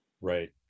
Right